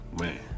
Man